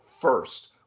first